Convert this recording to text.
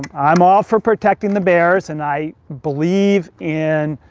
i'm all for protecting the bears, and i believe in,